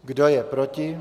Kdo je proti?